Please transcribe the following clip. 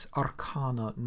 arcana